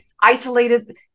isolated